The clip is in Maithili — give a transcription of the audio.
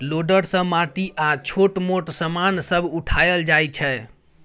लोडर सँ माटि आ छोट मोट समान सब उठाएल जाइ छै